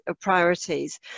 priorities